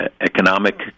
economic